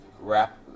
wrap